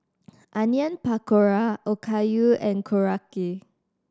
Onion Pakora Okayu and Korokke